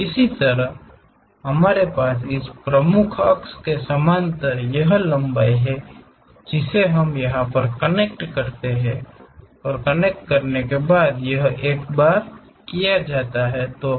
इसी तरह हमारे पास इस प्रमुख अक्ष के समानांतर यह लंबाई है जिसे हम इसे कनेक्ट करते हैं यह एक और यह एक बार किया जाता है